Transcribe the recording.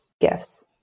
gifts